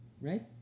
Right